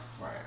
Right